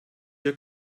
your